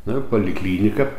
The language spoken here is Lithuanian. nuėjau poliklinika